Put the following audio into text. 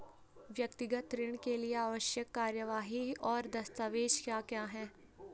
व्यक्तिगत ऋण के लिए आवश्यक कार्यवाही और दस्तावेज़ क्या क्या हैं?